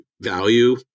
value